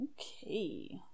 Okay